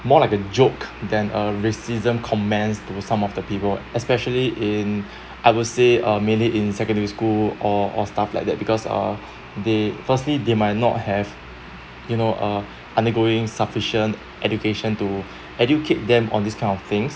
more like a joke than uh racism comments to some of the people especially in I would say uh mainly in secondary school or or stuff like that because uh they firstly they might not have you know uh undergoing sufficient education to educate them on these kind of things